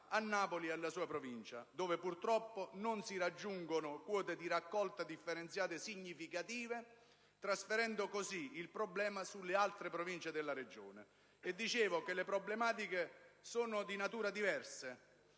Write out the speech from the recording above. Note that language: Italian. a Napoli e alla sua Provincia, dove purtroppo non si raggiungono quote di raccolta differenziata significative, trasferendo così il problema sulle altre Province della Regione. Dicevo che le problematiche sono di natura diversa,